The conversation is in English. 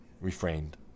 refrained